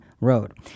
road